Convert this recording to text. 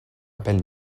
appel